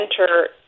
enter